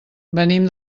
venim